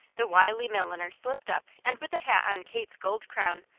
the wily milliner slipped up and with the hat on kate's golden crown,